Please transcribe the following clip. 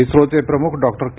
इस्रोचे प्रमुख डॉक्टर के